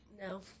No